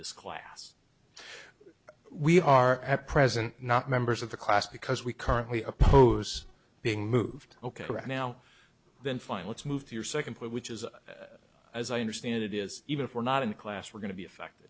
this class we are at present not members of the class because we currently oppose being moved ok now then fine let's move to your second point which is as i understand it is even if we're not in class we're going to be affect